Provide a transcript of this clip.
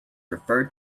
referred